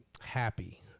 happy